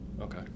okay